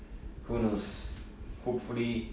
who knows hopefully